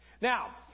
Now